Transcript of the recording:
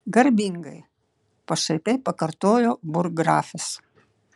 garbingai pašaipiai pakartojo burggrafas